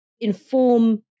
inform